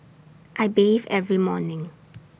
I bathe every morning